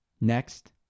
Next